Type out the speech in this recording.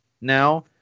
now